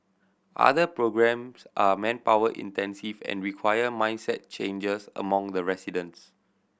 other programmes are manpower intensive and require mindset changes among the residents